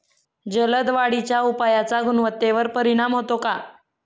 जलद वाढीच्या उपायाचा गुणवत्तेवर परिणाम होतो का?